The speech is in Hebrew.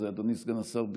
אז אדוני סגן השר,